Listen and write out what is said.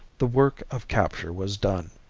the work of capture was done.